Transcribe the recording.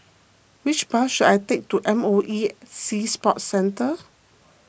which bus should I take to M O E Sea Sports Centre